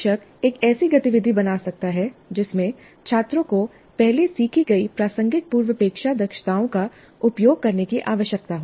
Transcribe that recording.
शिक्षक एक ऐसी गतिविधि बना सकता है जिसमें छात्रों को पहले सीखी गई प्रासंगिक पूर्वापेक्षा दक्षताओं का उपयोग करने की आवश्यकता हो